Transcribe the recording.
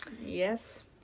Yes